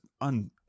un